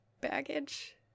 baggage